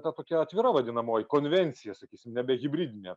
ta tokia atvira vadinamoji konvencija sakysim nebe hibridinė